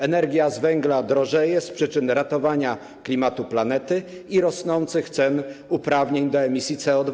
Energia z węgla drożeje z powodu ratowania klimatu planety i rosnących cen uprawnień do emisji CO2.